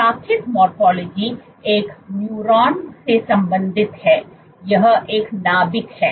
शाखित morphology एक neuron से संबंधित है यह एक नाभिक है